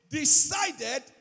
decided